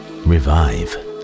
Revive